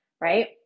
right